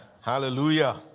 Hallelujah